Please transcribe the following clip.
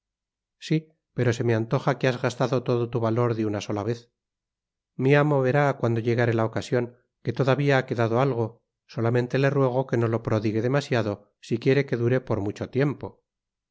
pero se me antoja que has gastado todo tu valor de ana sola vez mi amo vera cuando llegare la ocasion que todavía ha quedado algo solamente le ruego que no lo prodigue demasiado si quiere que dure por mucho tiempo